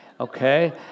okay